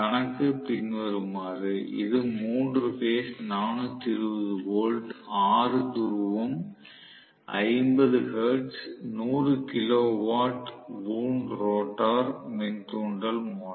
கணக்கு பின்வருமாறு இது 3 பேஸ் 420 வோல்ட் 6 துருவம் 50 hertz 100 kilo watt wound rotor மின் தூண்டல் மோட்டார்